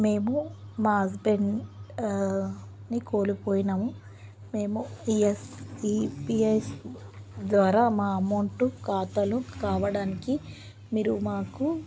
మేము మా హస్బెండ్ని కోల్పోయినాము మేము ఈఎస్ ఈపీఎస్ ద్వారా మా అమౌంట్ ఖాతాలో కావడానికి మీరు మాకు